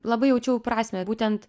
labai jaučiau prasmę būtent